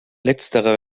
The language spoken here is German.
letztere